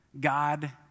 God